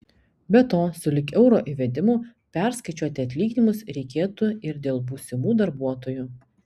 be to sulig euro įvedimu perskaičiuoti atlyginimus reikėtų ir dėl būsimų darbuotojų